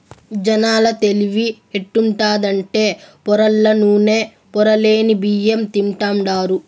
జనాల తెలివి ఎట్టుండాదంటే పొరల్ల నూనె, పొరలేని బియ్యం తింటాండారు